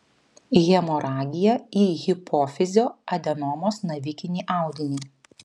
hemoragija į hipofizio adenomos navikinį audinį